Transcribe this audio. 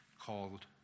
called